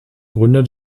gründer